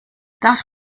that